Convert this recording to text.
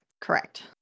correct